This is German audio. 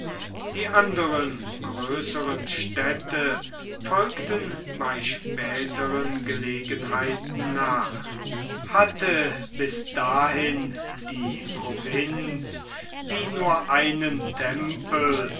die anderen größeren städte folgten bei späteren gelegenheiten nach hatte bis dahin die provinz wie nur einen tempel